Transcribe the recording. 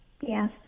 Yes